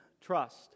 trust